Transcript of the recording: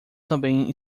também